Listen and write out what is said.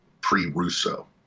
pre-Russo